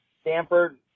Stanford